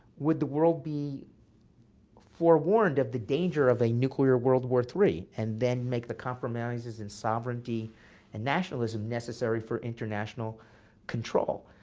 would the world be forewarned of the danger of a nuclear world war iii, and then make the compromises and sovereignty and nationalism necessary for international control.